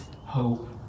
hope